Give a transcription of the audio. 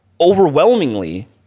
overwhelmingly